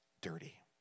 dirty